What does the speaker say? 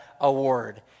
award